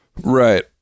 Right